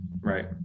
Right